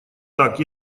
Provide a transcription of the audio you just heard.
так